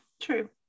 true